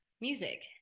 music